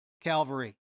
Calvary